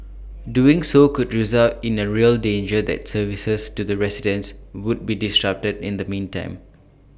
doing so could result in A real danger that services to the residents would be disrupted in the meantime